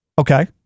Okay